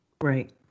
Right